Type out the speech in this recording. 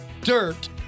dirt